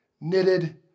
knitted